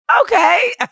Okay